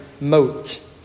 moat